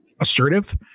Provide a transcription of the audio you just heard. assertive